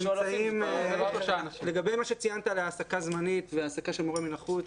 לגבי מה שאמרת על העסקה זמנית ועל העסקת מורה מן החוץ,